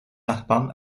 nachbarn